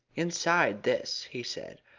inside this, he said,